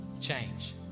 change